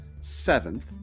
seventh